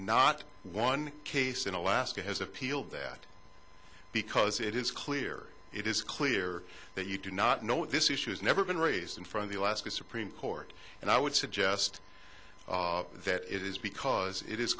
not one case in alaska has appealed that because it is clear it is clear that you do not know this issue has never been raised from the alaska supreme court and i would suggest that it is because it is